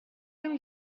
نمی